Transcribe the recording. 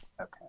Okay